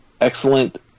excellent